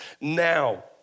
now